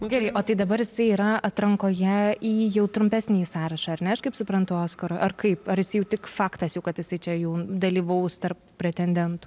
gerai o tai dabar jisai yra atrankoje į jau trumpesnį sąrašą ar ne aš kaip suprantu oskaro ar kaip ar jis jau tik faktas jau kad jisai čia jau dalyvaus tarp pretendentų